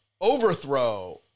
overthrow